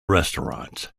restaurants